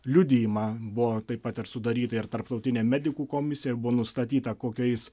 liudijimą buvo taip pat ir sudarytą ir tarptautinė medikų komisiją ir buvo nustatyta kokiais